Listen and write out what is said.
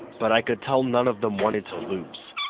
but i could tell none of them wanted to lose.